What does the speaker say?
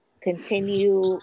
continue